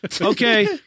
Okay